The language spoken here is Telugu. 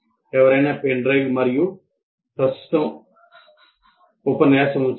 ఎవరైనా పెన్ డ్రైవ్ మరియు ప్రస్తుత ఉపన్యాసం ఉంచగలరా